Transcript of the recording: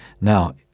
now